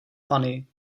fany